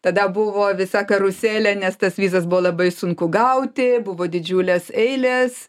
tada buvo visa karuselė nes tas vizas buvo labai sunku gauti buvo didžiulės eilės